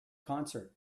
concert